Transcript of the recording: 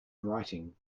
writing